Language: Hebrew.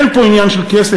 אין פה עניין של כסף,